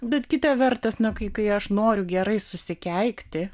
bet kita vertus kai kai aš noriu gerai susikeikti